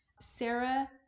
Sarah